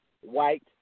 white